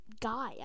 guy